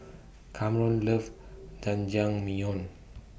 Kamron loves Jajangmyeon